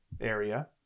area